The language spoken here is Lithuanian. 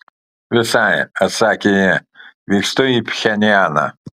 visai atsakė ji vykstu į pchenjaną